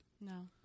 No